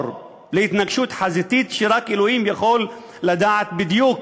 להתנגשות חזיתית כשרק אלוהים יכול לדעת בדיוק